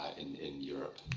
and in europe,